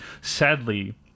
sadly